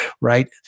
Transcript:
right